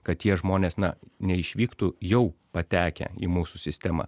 kad tie žmonės na neišvyktų jau patekę į mūsų sistemą